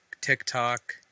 TikTok